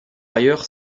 ailleurs